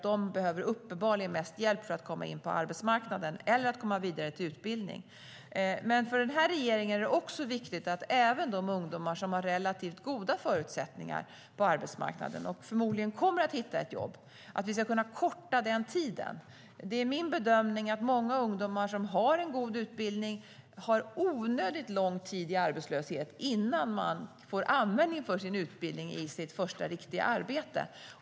De behöver uppenbarligen mest hjälp för att komma in på arbetsmarknaden eller för att komma vidare till utbildning. Men för den här regeringen är det också viktigt att korta tiden för att komma vidare även för de ungdomar som har relativt goda förutsättningar på arbetsmarknaden och som förmodligen kommer att hitta ett jobb. Min bedömning är att många ungdomar som har en god utbildning går onödigt lång tid i arbetslöshet innan de får användning för sin utbildning i sitt första riktiga arbete.